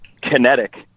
kinetic